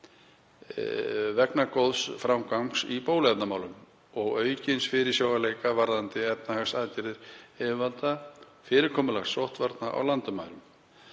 vegna góðs framgangs í bóluefnamálum og aukins fyrirsjáanleika varðandi efnahagsaðgerðir yfirvalda og fyrirkomulag sóttvarna á landamærum,